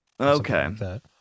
okay